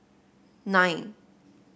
nine